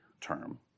term